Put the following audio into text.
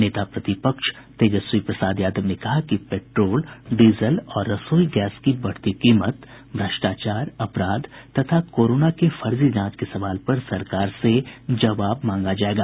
नेता प्रतिपक्ष तेजस्वी प्रसाद यादव ने कहा कि पेट्रोल डीजल और रसोई गैस की बढ़ती कीमत भ्रष्टाचार अपराध तथा कोरोना को फर्जी जांच के सवाल पर सरकार से जवाब मांगा जायेगा